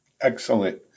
Excellent